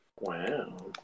Wow